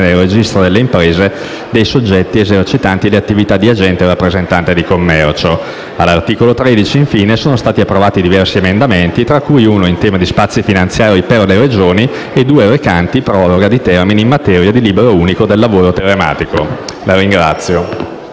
nel registro delle imprese dei soggetti esercitanti le attività di agente e rappresentante di commercio. All'articolo 13, infine, sono stati approvati diversi emendamenti, tra cui uno in tema di spazi finanziari per le Regioni e due recanti proroga di termini in materia di Libro unico del lavoro telematico. *(Brusio).*